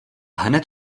hned